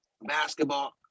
basketball